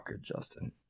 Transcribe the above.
justin